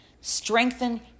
strengthen